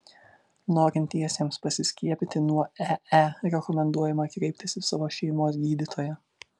norintiesiems pasiskiepyti nuo ee rekomenduojama kreiptis į savo šeimos gydytoją